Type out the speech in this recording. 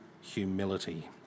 humility